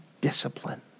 discipline